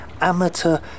amateur